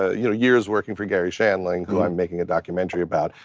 ah you know, years working for garry shandling, who i'm making a documentary about,